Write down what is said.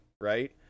Right